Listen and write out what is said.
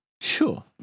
Sure